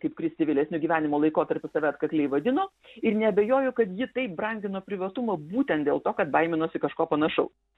kaip kristi vėlesnio gyvenimo laikotarpiu save atkakliai vadino ir neabejoju kad ji taip brangino privatumą būtent dėl to kad baiminosi kažko panašaus